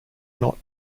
not